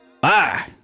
Bye